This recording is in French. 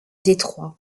détroit